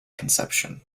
conception